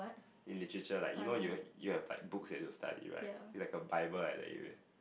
in literature like you know you you have like books you have to study right it's like a Bible like that you